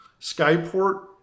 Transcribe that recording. Skyport